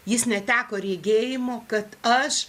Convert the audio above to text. jis neteko rėgėjimo kad aš